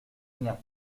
rien